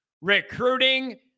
Recruiting